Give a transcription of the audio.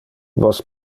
vos